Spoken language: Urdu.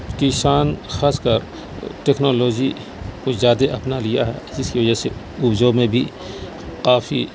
کی شان خاص کر ٹیکنالوجی کو زیادہ اپنا لیا ہے جس وجہ سے اپجاؤ میں بھی کافی